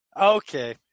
Okay